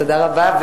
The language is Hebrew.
תודה רבה,